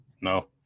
No